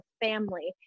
family